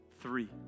three